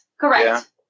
Correct